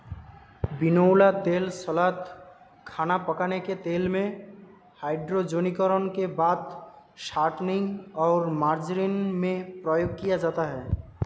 बिनौला तेल सलाद, खाना पकाने के तेल में, हाइड्रोजनीकरण के बाद शॉर्टनिंग और मार्जरीन में प्रयोग किया जाता है